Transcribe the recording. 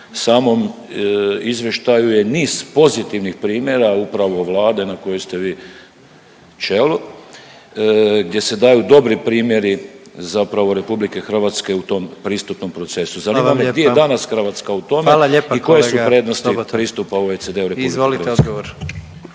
samom izvještaju je niz pozitivnih primjera upravo Vlade na kojem ste vi čelu, gdje se daju dobri primjeri zapravo Republike Hrvatske u tom pristupnom procesu. …/Upadica predsjednik: Hvala vam lijepa./… Di je danas Hrvatska